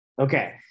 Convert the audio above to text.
Okay